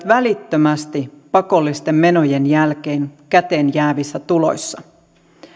välittömästi pakollisten menojen jälkeen käteenjäävissä tuloissa